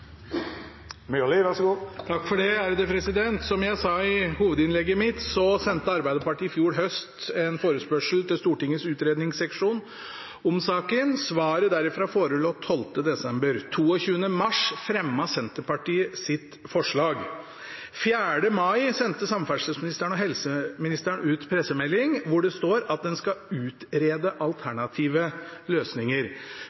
Som jeg sa i hovedinnlegget mitt, sendte Arbeiderpartiet i fjor høst en forespørsel til Stortingets utredningsseksjon om saken. Svaret derifra forelå 12. desember. Den 22. mars fremmet Senterpartiet sitt forslag. Den 4. mai sendte samferdselsministeren og helseministeren ut pressemelding, hvor det står at en skal utrede